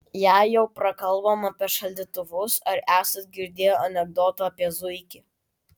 jei jau prakalbom apie šaldytuvus ar esat girdėję anekdotą apie zuikį